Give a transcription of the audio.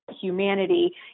humanity